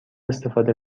استفاده